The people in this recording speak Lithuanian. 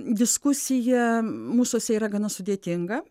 diskusija mūsuose yra gana sudėtinga